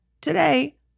Today